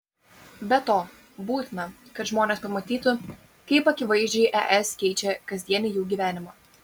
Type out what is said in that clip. be to būtina kad žmonės pamatytų kaip akivaizdžiai es keičia kasdienį jų gyvenimą